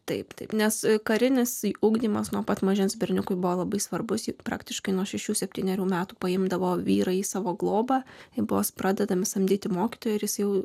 taip taip nes karinis ugdymas nuo pat mažens berniukui buvo labai svarbus praktiškai nuo šešių septynerių metų paimdavo vyrą į savo globą ir vos pradedame samdyti mokytoją ir jis jau